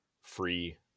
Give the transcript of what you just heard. free